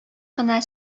кына